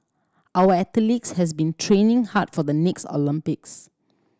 our athletes has been training hard for the next Olympics